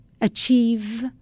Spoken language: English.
achieve